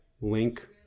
link